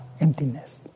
emptiness